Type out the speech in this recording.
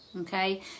okay